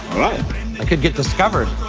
alright. i could get discovered.